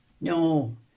No